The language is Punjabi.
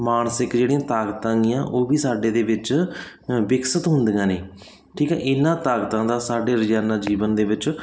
ਮਾਨਸਿਕ ਜਿਹੜੀਆਂ ਤਾਕਤਾਂ ਗੀਆਂ ਉਹ ਵੀ ਸਾਡੇ ਦੇ ਵਿੱਚ ਵਿਕਸਿਤ ਹੁੰਦੀਆਂ ਨੇ ਠੀਕ ਹੈ ਇਹਨਾਂ ਤਾਕਤਾਂ ਦਾ ਸਾਡੇ ਰੋਜ਼ਾਨਾ ਜੀਵਨ ਦੇ ਵਿੱਚ